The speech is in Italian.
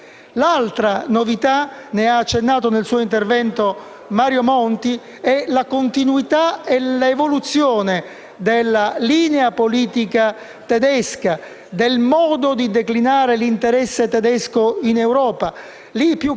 della linea politica tedesca, del modo di declinare l'interesse tedesco in Europa. Lì, più che l'alternanza, il gioco sembra quello di un'evoluzione all'interno di un partito-regime, ed è probabile che Angela Merkel vinca